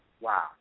Wow